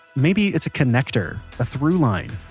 maybe it's a connector, a through-line,